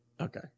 Okay